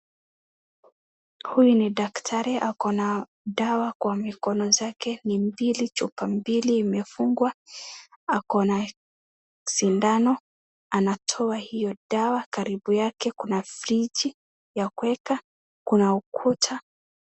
Huyu ni daktari akona dawa kwa mkono .Mikono zake ni mbili , chupa mbili zimefungwa , sindano anatoa hiyo dawa karibu yake kuna friji ya kueka , kuna ukuta.